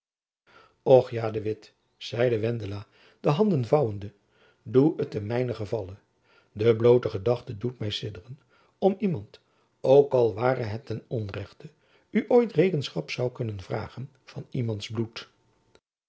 och ja de witt zeide wendela de handen vouwende doe het ten mijnen gevalle de bloote gedachte doet my sidderen dat iemand ook al ware het ten onrechte u ooit rekenschap zoû kunnen vragen van iemands bloed